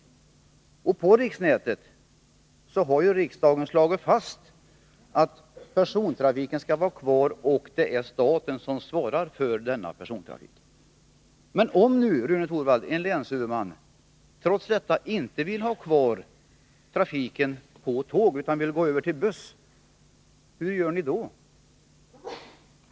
Beträffande riksnätet har ju riksdagen slagit fast att persontrafiken skall vara kvar, varvid staten svarar för denna persontrafik. Men om nu, Rune Torwald, en länshuvudman trots detta inte vill ha spårtrafik utan busstrafik — hur gör ni då?